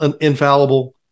infallible